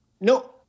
No